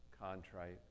contrite